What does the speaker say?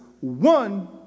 one